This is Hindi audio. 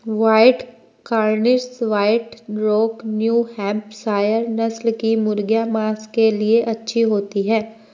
white Cornish, white rock, New Hampshire नस्ल की मुर्गियाँ माँस के लिए अच्छी होती हैं